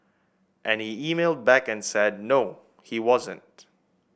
and he emailed back and said no he wasn't